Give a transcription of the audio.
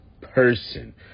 person